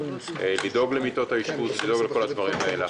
לדאוג למיטות האשפוז ולכל הדברים האלה.